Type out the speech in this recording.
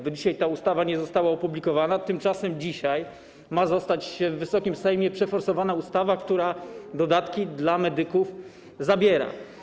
Do dzisiaj ta ustawa nie została opublikowana, tymczasem dzisiaj ma zostać w Wysokim Sejmie przeforsowana ustawa, która dodatki dla medyków zabiera.